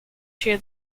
share